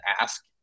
ask